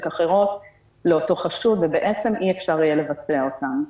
אחרות לאותו חשוד ובעצם אי-אפשר יהיה לבצע אותן.